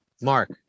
Mark